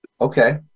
Okay